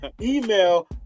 email